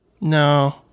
No